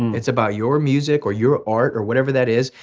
it's about your music, or your art, or whatever that is,